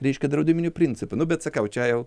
reiškia draudiminiu principu nu bet sakau čia jau